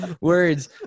Words